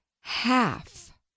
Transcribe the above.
half